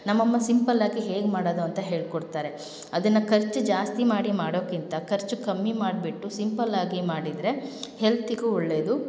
ನಮ್ಮ ಅಮ್ಮ ಸಿಂಪಲ್ಲಾಗಿ ಹೇಗೆ ಮಾಡೋದು ಅಂತ ಹೇಳಿಕೊಡ್ತಾರೆ ಅದನ್ನು ಖರ್ಚು ಜಾಸ್ತಿ ಮಾಡಿ ಮಾಡೋದ್ಕಿಂತ ಖರ್ಚು ಕಮ್ಮಿ ಮಾಡಿಬಿಟ್ಟು ಸಿಂಪಲ್ಲಾಗಿ ಮಾಡಿದರೆ ಹೆಲ್ತಿಗೂ ಒಳ್ಳೆಯದು